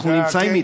אנחנו נמצאים איתו.